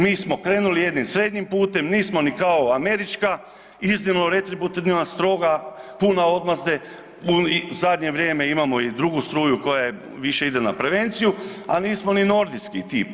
Mi smo krenuli jednim srednjim putem, nismo ni kao američka, iznimno ... stroga, puna odmazde, u zadnje vrijeme imamo i drugu struju, koja više ide na prevenciju, a nismo ni nordijski tip.